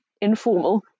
informal